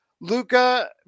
Luca